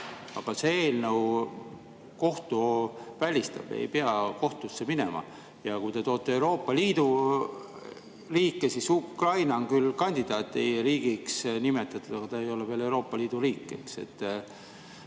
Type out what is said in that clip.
Aga see eelnõu kohtu välistab, ei pea kohtusse minema. Ja kui te toote Euroopa Liidu riike, siis Ukraina on küll kandidaatriigiks nimetatud, aga ta ei ole veel Euroopa Liidu riik, eks.